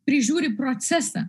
prižiūri procesą